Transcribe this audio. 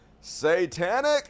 satanic